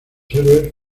heroes